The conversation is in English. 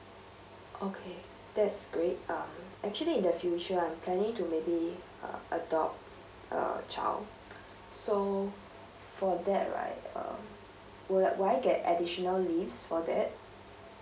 okay that's great um actually in the future I'm planning to maybe uh adopt a child so for that right uh will will I get additional leaves for that